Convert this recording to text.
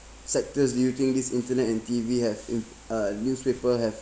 sectors do you think this internet and T_V have im~ uh newspapers have a